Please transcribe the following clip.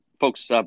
folks